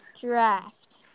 draft